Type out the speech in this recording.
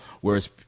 whereas